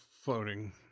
floating